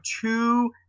two